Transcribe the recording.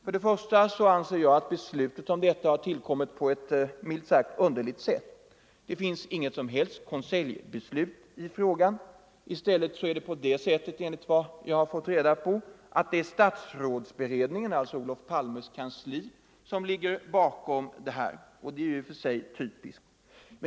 För det första anser jag att beslutet om detta borttagande har tillkommit på ett underligt sätt. Det finns inget konseljbeslut i frågan. I stället är det så, enligt vad jag har fått reda på, att det är statsrådsberedningen, alltså Olof Palmes kansli, som ligger bakom detta, och det är i och för sig typiskt.